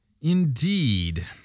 indeed